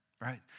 Right